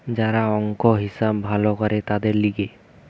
যারা অংক, হিসাব ভালো করে তাদের লিগে